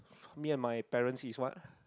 me and my parents is what